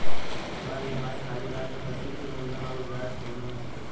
हमार ई.एम.आई खाली ब्याज में कती की मूलधन अउर ब्याज दोनों में से कटी?